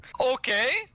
Okay